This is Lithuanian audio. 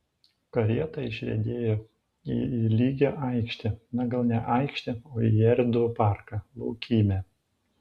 karieta išriedėjo į į lygią aikštę na gal ne aikštę o į erdvų parką laukymę